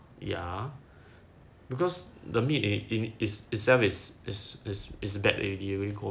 ya because the meat itself is is is bad already